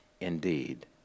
indeed